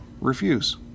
refuse